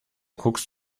guckst